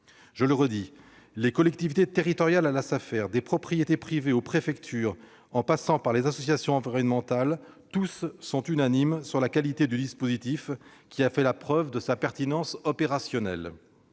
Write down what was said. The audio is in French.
Je le redis : des collectivités territoriales à la Safer, des propriétaires privés aux préfectures, en passant par les associations environnementales, tous les acteurs sont d'accord quant à la qualité de ce dispositif, qui a fait la preuve de sa pertinence opérationnelle.